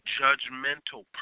judgmental